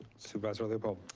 supervisor leopold.